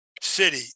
city